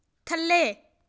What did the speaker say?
ਥੱਲੇ